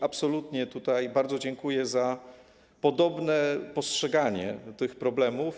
Absolutnie bardzo dziękuję za podobne postrzeganie tych problemów.